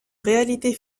réalité